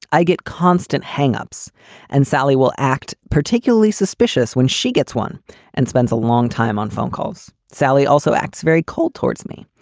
i get constant hang ups and sally will act particularly suspicious when she gets one and spends a long time on phone calls. sally also acts very cold towards me.